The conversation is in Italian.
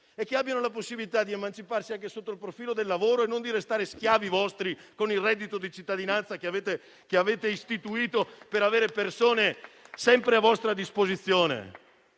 abbiano la possibilità di emanciparsi anche sotto il profilo del lavoro e non di restare schiavi vostri, con il reddito di cittadinanza che avete istituito per avere persone sempre a vostra disposizione.